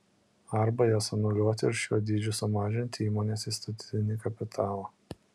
arba jas anuliuoti ir šiuo dydžiu sumažinti įmonės įstatinį kapitalą